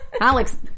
Alex